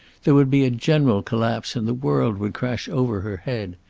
there would be a general collapse and the world would crash over her head.